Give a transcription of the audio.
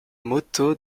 moto